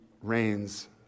reigns